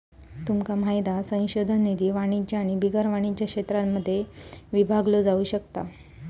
तुमका माहित हा संशोधन निधी वाणिज्य आणि बिगर वाणिज्य क्षेत्रांमध्ये विभागलो जाउ शकता